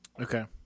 okay